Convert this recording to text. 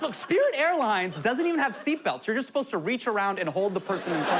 like spirit airlines doesn't even have seat belts. you're just supposed to reach around and hold the person